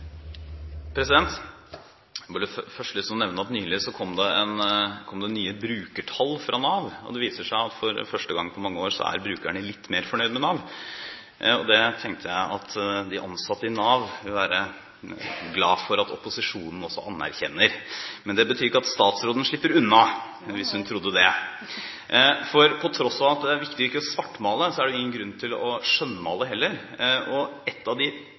Nav, og det viser seg at for første gang på mange år er brukerne litt mer fornøyd med Nav. Det tenkte jeg at de ansatte i Nav vil være glad for at opposisjonen også anerkjenner. Men det betyr ikke at statsråden slipper unna, hvis hun trodde det, for på tross av at det er viktig ikke å svartmale, er det ingen grunn til å skjønnmale heller. Et av de